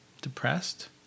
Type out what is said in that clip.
depressed